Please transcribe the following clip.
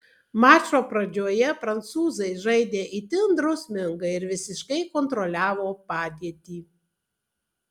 mačo pradžioje prancūzai žaidė itin drausmingai ir visiškai kontroliavo padėtį